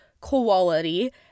quality